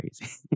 crazy